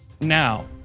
now